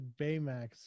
Baymax